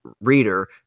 reader